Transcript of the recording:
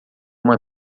uma